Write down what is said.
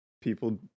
people